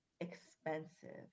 expensive